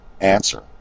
Answer